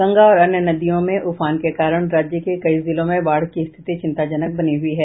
गंगा और अन्य नदियों में उफान के कारण राज्य के कई जिलों में बाढ़ की स्थिति चिंताजनक बनी हुई है